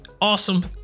Awesome